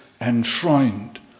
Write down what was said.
enshrined